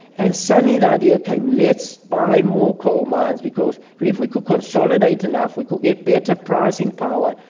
and suddenly the idea came, let's buy more coal mines, because if we could consolidate enough we could get better pricing power.